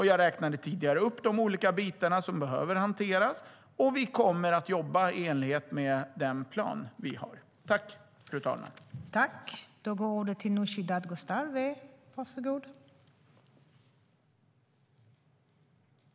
Jag räknade tidigare upp de olika bitar som behöver hanteras, och vi kommer att jobba i enlighet med den plan vi har.